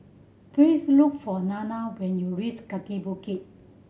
please look for Dana when you reach Kaki Bukit